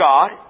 God